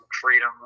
freedom